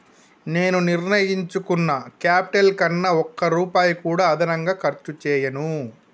నేను నిర్ణయించుకున్న క్యాపిటల్ కన్నా ఒక్క రూపాయి కూడా అదనంగా ఖర్చు చేయను